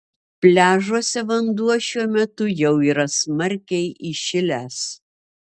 pliažuose vanduo šiuo metu jau yra smarkiai įšilęs